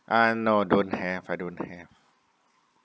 uh no don't have I don't have